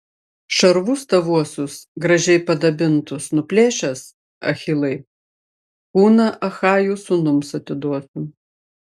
šarvus tavuosius gražiai padabintus nuplėšęs achilai kūną achajų sūnums atiduosiu